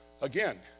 Again